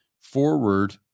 forward